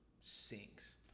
sinks